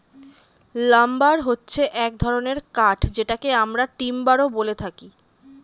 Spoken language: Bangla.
লাম্বার হচ্ছে এক ধরনের কাঠ যেটাকে আমরা টিম্বারও বলে থাকি